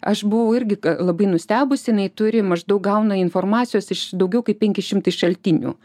aš buvau irgi labai nustebusi jinai turi maždaug gauna informacijos iš daugiau kaip penki šimtai šaltinių